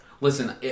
Listen